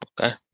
Okay